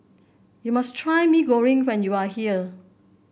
you must try Mee Goreng when you are here